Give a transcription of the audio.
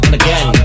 again